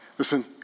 Listen